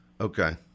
Okay